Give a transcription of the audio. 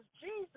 Jesus